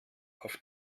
auf